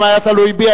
אם זה היה תלוי בי,